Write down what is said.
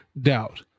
doubt